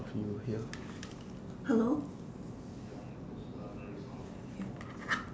could you hear